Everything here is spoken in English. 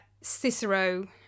Cicero